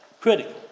critical